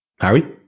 Harry